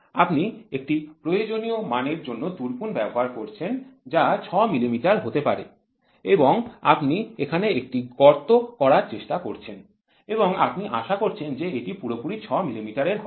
আপনি একটি প্রয়োজনীয় মানের জন্য তুরপুন ব্যবহার করছেন যা ৬ মিলিমিটার হতে পারে এবং আপনি এখানে একটি গর্ত করার চেষ্টা করছেন এবং আপনি আশা করছেন যে এটি পুরোপুরি ৬ মিলিমিটার এর হবে